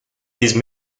these